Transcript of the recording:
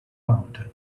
mountain